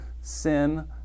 sin